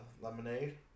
Lemonade